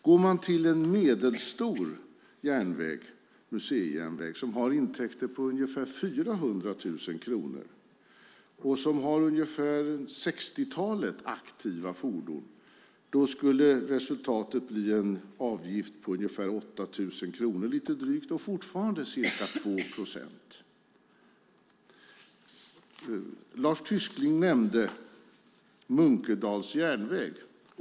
Om det är en medelstor museijärnväg som har intäkter på ungefär 400 000 kronor och som har ett sextiotal aktiva fordon blir resultatet en avgift på drygt 8 000 kronor. Fortfarande handlar det om ca 2 procent. Lars Tysklind nämnde Munkedals järnväg.